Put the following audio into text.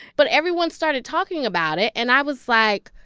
but everyone started talking about it, and i was like,